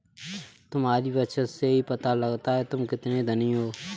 तुम्हारी बचत से ही पता लगता है तुम कितने धनी हो